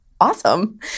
awesome